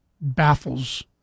baffles